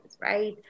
right